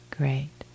great